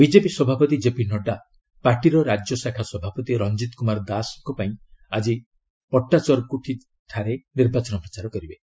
BJP ସଭାପତି JP Nadda ପାର୍ଟିର ରାଜ୍ୟଶାଖା ସଭାପତି ରଞ୍ଜିତ କୁମାର ଦାସଙ୍କ ପାଇଁ ଆଜି ପଟ୍ଟାଚରକୁଚିଠାରେ ନିର୍ବାଚନ ପ୍ରଚାର କରିବେ